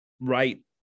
right